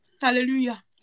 Hallelujah